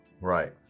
Right